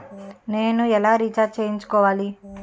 నేను ఎలా రీఛార్జ్ చేయించుకోవాలి?